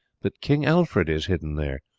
that king alfred is hidden there.